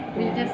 mmhmm